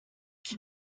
qui